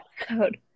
episode